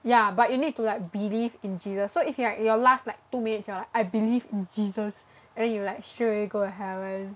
yeah but you need to like believe in Jesus so if you like your last like two minutes you're like I believe in Jesus and then you like straight away go to heaven